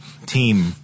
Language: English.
team